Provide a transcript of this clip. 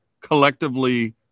collectively